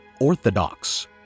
orthodox